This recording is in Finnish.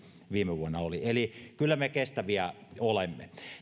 viime vuonna oli eli kyllä me kestäviä olemme